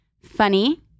Funny